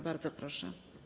Bardzo proszę.